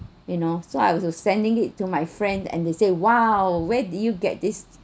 you know so I was sending it to my friend and they say !wow! where did you get this